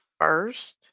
first